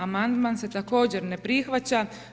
Amandman se također ne prihvaća.